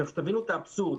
תבינו את האבסורד.